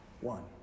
one